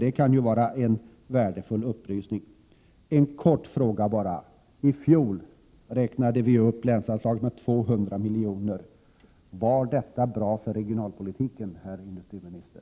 Det kunde vara en värdefull upplysning. En kort fråga: I fjol räknade vi upp länsanslagen med 200 miljoner. Var det bra för regionalpolitiken, herr industriminister?